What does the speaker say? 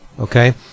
Okay